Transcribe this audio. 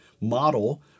model